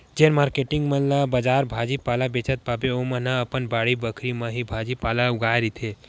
जेन मारकेटिंग मन ला बजार भाजी पाला बेंचत पाबे ओमन ह अपन बाड़ी बखरी म ही भाजी पाला ल उगाए रहिथे